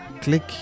click